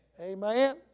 Amen